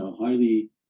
highly